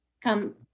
come